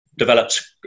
Developed